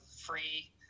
free